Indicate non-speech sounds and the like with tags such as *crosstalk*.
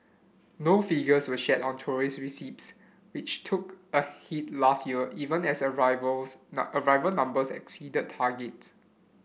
no figures were shared on tourism receipts which took a hit last year even as arrivals *unintelligible* arrival numbers exceeded targets